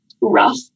rough